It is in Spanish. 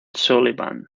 sullivan